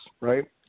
right